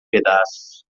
pedaços